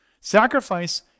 Sacrifice